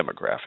demographic